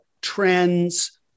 trends